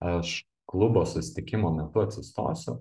aš klubo susitikimo metu atsistosiu